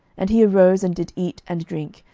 and he arose, and did eat and drink,